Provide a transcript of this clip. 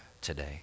today